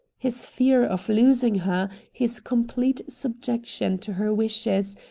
his fear of losing her, his complete subjection to her wishes,